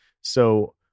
So-